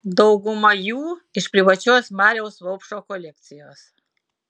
dauguma jų iš privačios mariaus vaupšo kolekcijos